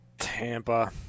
Tampa